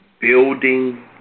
Building